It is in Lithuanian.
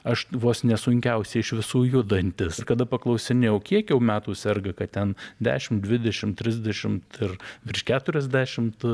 aš vos ne sunkiausiai iš visų judantis kada paklausinėjau kiek jau metų serga kad ten dešimt dvidešimt trisdešimt ir virš keturiasdešimt